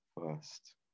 first